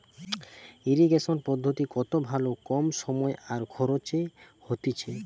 irrigation পদ্ধতি কত ভালো কম সময় আর খরচে হতিছে